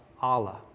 Allah